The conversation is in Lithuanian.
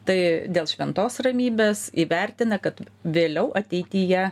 tai dėl šventos ramybės įvertina kad vėliau ateityje